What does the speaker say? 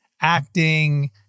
acting